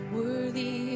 worthy